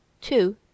Two